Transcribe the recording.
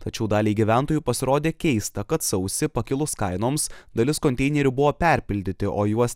tačiau daliai gyventojų pasirodė keista kad sausį pakilus kainoms dalis konteinerių buvo perpildyti o į juos